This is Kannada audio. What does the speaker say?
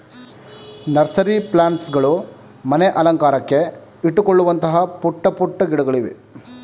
ನರ್ಸರಿ ಪ್ಲಾನ್ಸ್ ಗಳು ಮನೆ ಅಲಂಕಾರಕ್ಕೆ ಇಟ್ಟುಕೊಳ್ಳುವಂತಹ ಪುಟ್ಟ ಪುಟ್ಟ ಗಿಡಗಳಿವೆ